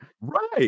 Right